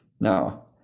Now